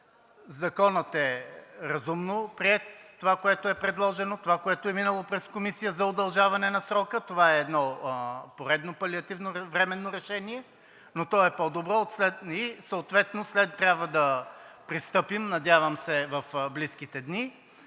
Законът е разумно приет. Това, което е предложено, това, което е минало през Комисията за удължаване на срока, това е едно поредно палеативно временно решение, но то е по-добро и съответно трябва да пристъпим надявам се в близките дни